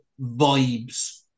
vibes